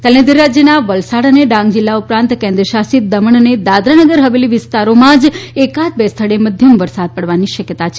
તેના લીધે રાજ્યના વલસાડ અને ડાંગ જીલ્લા ઉપરાંત કેન્દ્રશાસિત દમણ અને દાદરાનગર હવેલી વિસ્તારોમાં જ એકાદ બે સ્થળે મધ્યમ વરસાદ પડવાની શક્યતા છે